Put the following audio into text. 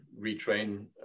retrain